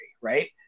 right